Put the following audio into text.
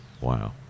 Wow